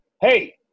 hey